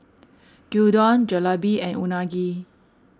Gyudon Jalebi and Unagi